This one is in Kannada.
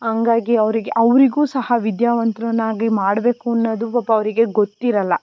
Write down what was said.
ಹಂಗಾಗಿ ಅವರಿಗೆ ಅವರಿಗೂ ಸಹ ವಿದ್ಯಾವಂತರನ್ನಾಗಿ ಮಾಡಬೇಕು ಅನ್ನೋದು ಪಾಪ ಅವರಿಗೆ ಗೊತ್ತಿರೋಲ್ಲ